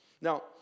Now